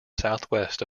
southwest